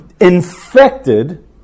infected